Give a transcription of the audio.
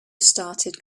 started